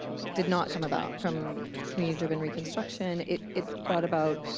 did not come about from community driven reconstruction. it it brought about